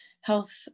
health